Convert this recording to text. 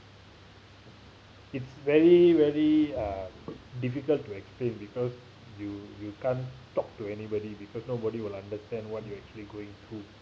it's very very uh difficult to explain because you you can't talk to anybody because nobody will understand what you're actually going through